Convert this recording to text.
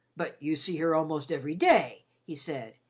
but you see her almost every day, he said.